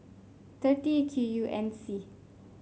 thirty Q U N C